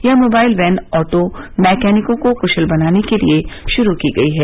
यह mobile van auto मैकेनिकों को कुशल बनाने के लिये शुरू की गई है